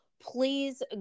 please